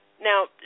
Now